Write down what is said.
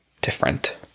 different